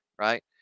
right